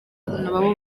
nabo